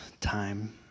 time